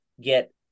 get